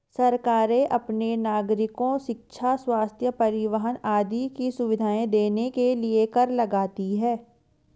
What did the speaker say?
सरकारें अपने नागरिको शिक्षा, स्वस्थ्य, परिवहन आदि की सुविधाएं देने के लिए कर लगाती हैं